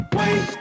wait